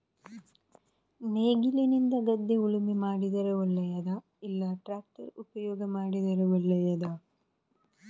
ನೇಗಿಲಿನಿಂದ ಗದ್ದೆ ಉಳುಮೆ ಮಾಡಿದರೆ ಒಳ್ಳೆಯದಾ ಇಲ್ಲ ಟ್ರ್ಯಾಕ್ಟರ್ ಉಪಯೋಗ ಮಾಡಿದರೆ ಒಳ್ಳೆಯದಾ?